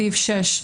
סעיף 6,